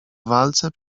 walce